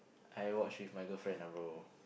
I watch with my girlfriend ah bro